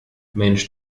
mensch